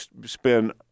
spend